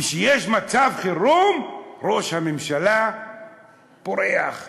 וכשיש מצב חירום, ראש הממשלה פורח.